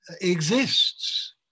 exists